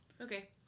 okay